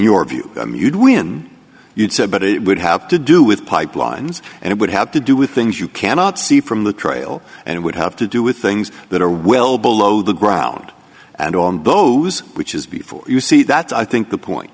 your view you'd win you'd said but it would have to do with pipelines and it would have to do with things you cannot see from the trail and it would have to do with things that are well below the ground and on those which is before you see that's i think the point